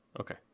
Okay